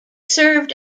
served